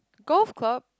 golf club